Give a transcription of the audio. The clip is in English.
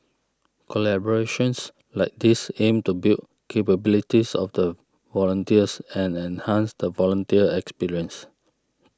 collaborations like these aim to build capabilities of the volunteers and enhance the volunteer experience